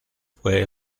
fue